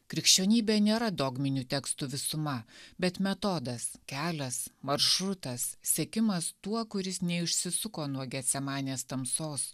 krikščionybė nėra dogminių tekstų visuma bet metodas kelias maršrutas sekimas tuo kuris neišsisuko nuo getsemanės tamsos